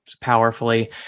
powerfully